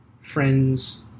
friends